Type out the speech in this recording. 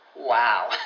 Wow